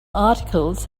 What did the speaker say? articles